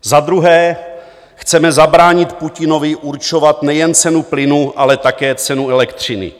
Za druhé chceme zabránit Putinovi určovat nejen cenu plynu, ale také cenu elektřiny.